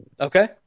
Okay